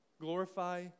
glorify